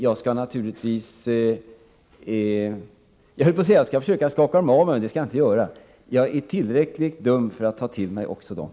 Jag höll på att säga att jag skall försöka skaka dem av mig, men det skall jag inte göra. Jag är tillräckligt dum för att ta till mig också dem.